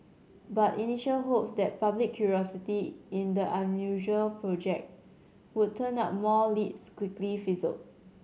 but initial hopes that public curiosity in the unusual project would turn up more leads quickly fizzled